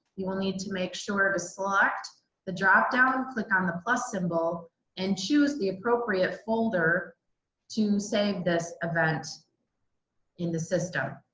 you will need to make sure to select the dropdown, click on the but symbol and choose the appropriate folder to save this event in the system.